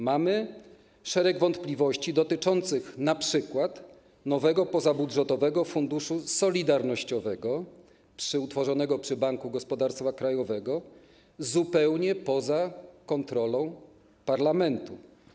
Mamy szereg wątpliwości dotyczących np. nowego pozabudżetowego funduszu solidarnościowego utworzonego przy Banku Gospodarstwa Krajowego, zupełnie poza kontrolą parlamentu.